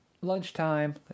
lunchtime